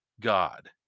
God